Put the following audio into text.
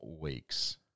weeks